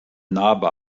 narbe